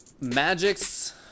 magic's